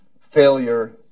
failure